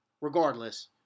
regardless